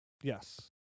Yes